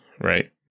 right